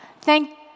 thank